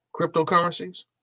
cryptocurrencies